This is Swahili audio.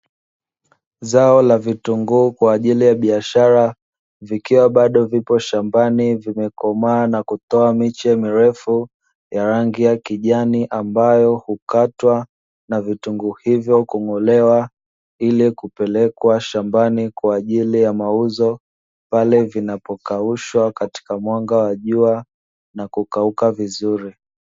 Zao la vitunguu kwa ajili ya biashara, vikiwa bado vipo shambani vimekomaa na kutoa miche mirefu ya rangi ya kijani, ambayo hukatwa na vitunguu hivyo kung’olewa ili kupelekwa shambani kwa ajili ya mauzo, pale vinavokaushwa katika mwanga wa jua na kukauka vizuri.